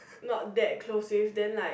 not that close with then like